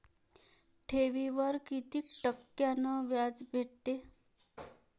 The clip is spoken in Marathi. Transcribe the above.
ठेवीवर कितीक टक्क्यान व्याज भेटते?